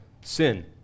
sin